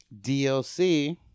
DLC